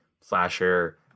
flasher